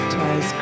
Twice